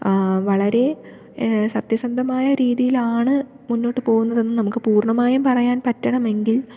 വളരെ സത്യസന്ധമായ രീതിയിലാണ് മുന്നോട്ട് പോകുന്നതെന്ന് നമുക്ക് പൂർണ്ണമായും പറയാൻ പറ്റണമെങ്കിൽ